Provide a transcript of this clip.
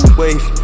wave